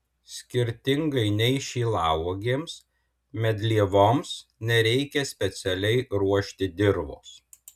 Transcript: skirtingai nei šilauogėms medlievoms nereikia specialiai ruošti dirvos